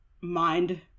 Mind